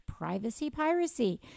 privacypiracy